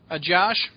Josh